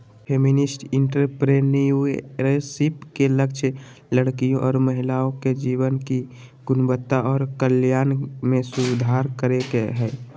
feminist entrepreneurship के लक्ष्य लड़कियों और महिलाओं के जीवन की गुणवत्ता और कल्याण में सुधार करे के हय